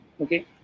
Okay